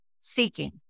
seeking